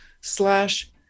slash